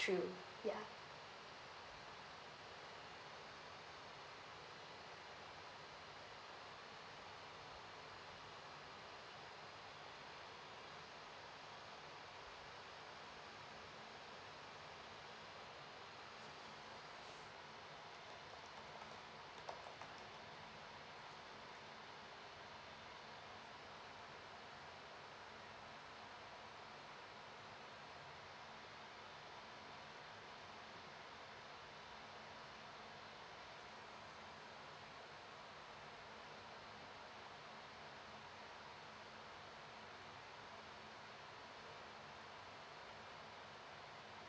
true yeah